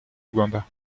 ouganda